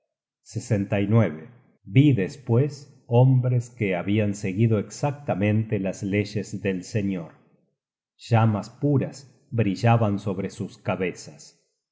la voluptuosidad vi despues hombres que habian seguido exactamente las leyes del señor llamas puras brillaban sobre sus cabezas